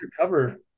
cover